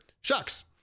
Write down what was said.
shucks